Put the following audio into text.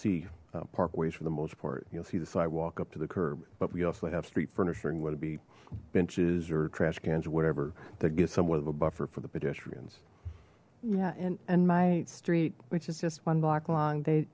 see park ways for the most part you'll see the sidewalk up to the curb but we also have street furniture would it be benches or trash cans or whatever that get somewhat of a buffer for the pedestrians yeah and and my street which is just one block long they